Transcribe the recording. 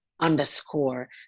underscore